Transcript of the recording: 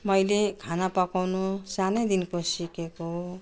मैले खाना पकाउनु सानैदेखिन्को सिकेको हो